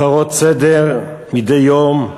הפרות סדר מדי יום.